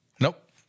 Nope